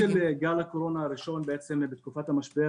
בהתחלתו של גל הקורונה הראשון, בתקופת המשבר,